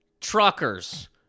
truckers